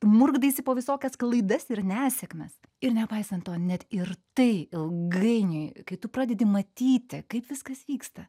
murkdaisi po visokias klaidas ir nesėkmes ir nepaisant to net ir tai ilgainiui kai tu pradedi matyti kaip viskas vyksta